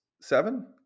seven